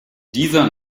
dieser